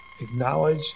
acknowledge